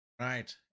right